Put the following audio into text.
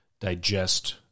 digest